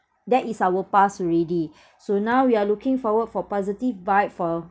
that is our past already so now we are looking forward for positive vibe for